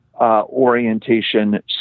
orientation